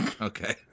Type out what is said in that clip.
Okay